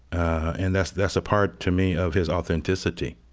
and that's that's a part to me of his authenticity